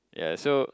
ya so